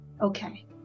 okay